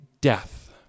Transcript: death